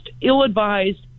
ill-advised